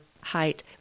height